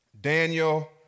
Daniel